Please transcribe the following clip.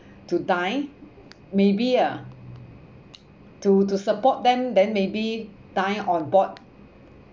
to dine maybe ah to to support them then maybe dine on board